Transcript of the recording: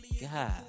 God